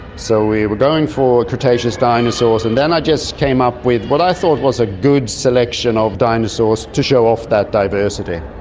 so we were going for cretaceous dinosaurs, and then i just came up with what i thought was a good selection of dinosaurs to show off that diversity.